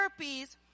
therapies